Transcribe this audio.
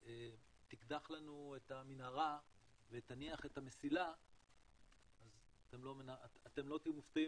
שתקדח לנו את המנהרה ותניח את המסילה אתם לא תהיו מופתעים